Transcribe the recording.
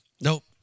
Nope